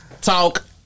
talk